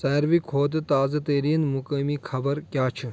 ساروے کھۄتہٕ تازٕ تٔریٖن مُقٲمی خبر کیاہ چھِ